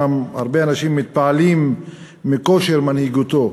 אומנם הרבה אנשים מתפעלים מכושר מנהיגותו.